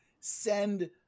send